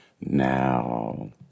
Now